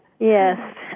Yes